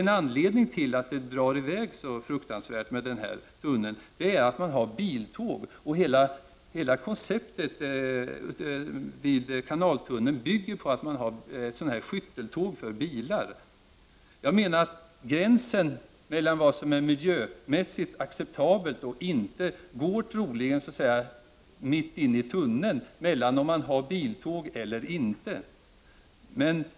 En anledning till att kostnaderna för tunneln drar i väg så fruktansvärt är att där skall gå biltåg. Hela konceptet för kanaltunneln bygger på skytteltåg för bilar. Gränsen för vad som är miljömässigt acceptabelt går troligen mitt i tunneln, beroende på om man har biltåg eller inte.